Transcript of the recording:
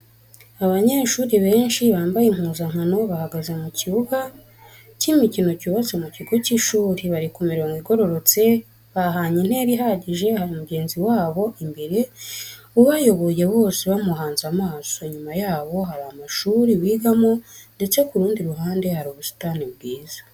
Abanyeshuri benshi bambaye impuzankano bahagaze mu kibuga cy'imikino cyubatse mu kigo cy'ishuri, bari ku mirongo igororotse bahanye intera ihagije hari mugenzi wabo imbere ubayoboye bose bamuhanze amaso, inyuma yabo hari amashuri bigamo ndetse ku rundi ruhande hari ubusitani bwiza.